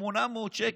800 שקל,